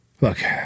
look